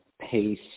pace